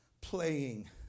playing